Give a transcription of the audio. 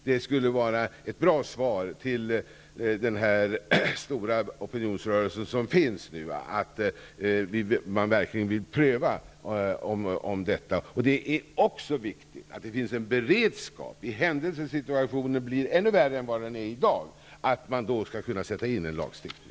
Det skulle vara ett bra svar till den stora opinionsrörelse som nu finns att man verkligen vill pröva frågan. Det är också viktigt att det finns en beredskap i den händelse situationen blir ännu värre än vad den är i dag, så att man då kan sätta in en lagstiftning.